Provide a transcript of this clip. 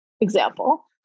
example